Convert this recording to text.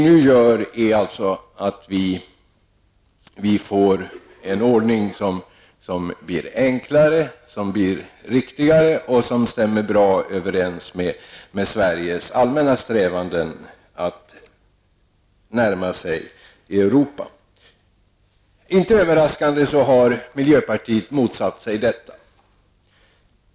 Nu får vi en ordning som blir enklare och riktigare och bättre stämmer överens med Sveriges allmänna strävanden att närma sig Europa. Miljöpartiet har inte överraskande motsatt sig detta.